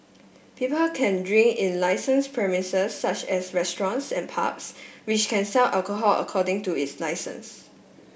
people can drink in licensed premises such as restaurants and pubs which can sell alcohol according to its licence